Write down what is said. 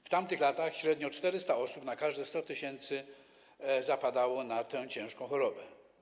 W tamtych latach średnio 400 osób na każde 100 tys. zapadało na tę ciężką chorobę.